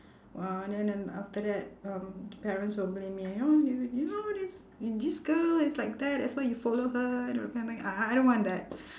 !wah! then and after that um parents will blame me you know you you know this this girl is like that that's why you follow her and do that kind of thing ah I don't want that